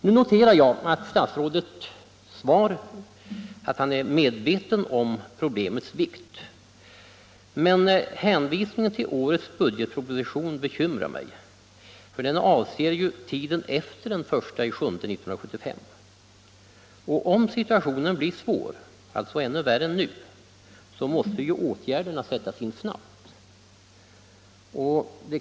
Nu noterar jag att statsrådet i svaret säger att han är medveten om problemets vikt. Men hänvisningen till årets budgetproposition bekymrar mig. Den avser ju tiden efter den 1 juli 1975, och om situationen blir ännu värre än nu, måste åtgärderna sättas in snabbt.